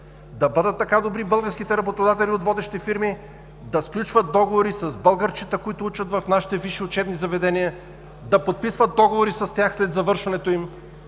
Да бъдат така добри българските работодатели от водещи фирми да сключват договори с българчета, които учат в нашите висши учебни заведения, да подписват договори с тях след завършването им,